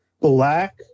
black